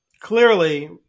Clearly